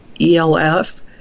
ELF